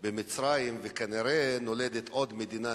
איך אומרים?